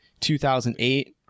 2008